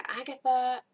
Agatha